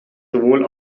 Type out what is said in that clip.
sowohl